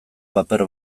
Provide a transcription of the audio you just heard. paper